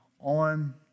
on